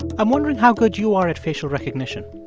i'm wondering how good you are at facial recognition?